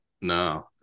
No